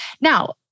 Now